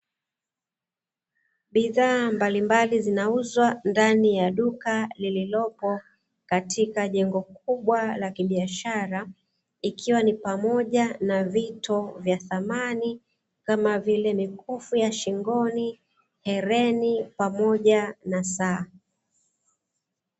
Bidhaaa mbalimbali zinauzwa ndani ya duka lililopo katika jengo kubwa la kibiashara, ikiwa ni pamoja na vito vya thamani kama vile mikufu ya shingoni, hereni pamoja na saa.